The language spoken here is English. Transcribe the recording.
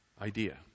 idea